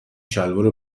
شلوارو